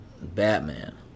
Batman